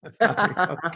Okay